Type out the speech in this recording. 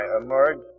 emerged